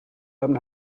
haben